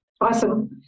Awesome